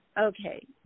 Okay